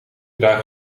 draag